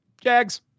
Jags